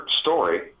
story